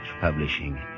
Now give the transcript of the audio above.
publishing